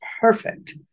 perfect